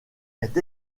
est